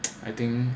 I think